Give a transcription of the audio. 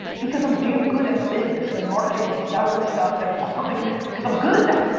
because i'm damn good at business and marketing and selling stuff, and all, like, cause i'm good at that.